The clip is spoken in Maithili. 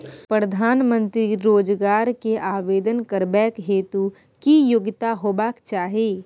प्रधानमंत्री रोजगार के आवेदन करबैक हेतु की योग्यता होबाक चाही?